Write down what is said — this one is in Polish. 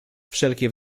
wszelkie